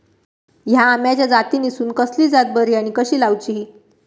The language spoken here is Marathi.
हया आम्याच्या जातीनिसून कसली जात बरी आनी कशी लाऊची?